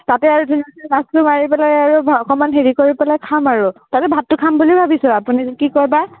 তাতে আৰু ধুনীয়াকৈ মাছটো মাৰি পেলাই আৰু অকণমান হেৰি কৰি পেলাই খাম আৰু তাতে ভাতটো খাম বুলি ভাবিছোঁ আপুনি কি কয়বা